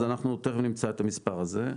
אז אנחנו תכף נמצא את המספר הזה.